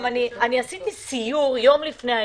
אני עשיתי סיור יום לפני האירוע.